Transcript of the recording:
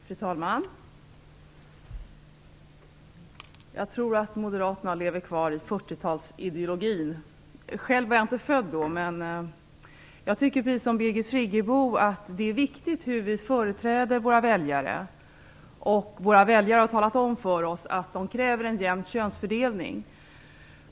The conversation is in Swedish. Fru talman! Jag tror att Moderaterna lever kvar i 40-talsideologin. Själv var jag inte född då. Men jag tycker precis som Birgit Friggebo att det är viktigt hur vi företräder våra väljare. De har ju talat om för oss att de kräver en jämn könsfördelning.